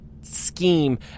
scheme